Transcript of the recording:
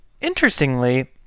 Interestingly